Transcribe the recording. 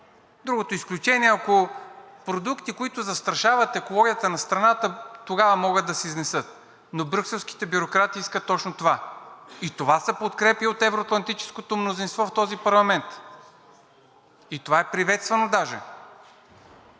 Другото изключение е около продукти, които застрашават екологията на страната – тогава могат да се изнесат. Брюкселските бюрократи искат точно това и това се подкрепя от евро-атлантическото мнозинство в този парламент. Това е приветствано даже.